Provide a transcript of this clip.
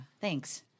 thanks